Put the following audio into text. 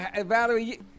Valerie